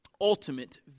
ultimate